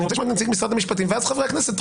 אני רוצה לשמוע את נציג משרד המשפטים ואז חברי הכנסת.